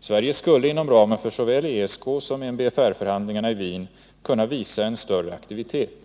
Sverige skulle inom ramen för såväl ESK som MBFR-förhandlingarna i Wien kunna visa större aktivitet.